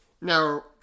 Now